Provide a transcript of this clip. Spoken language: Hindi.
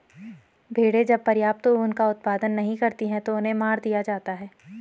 भेड़ें जब पर्याप्त ऊन का उत्पादन नहीं करती हैं तो उन्हें मार दिया जाता है